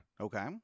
Okay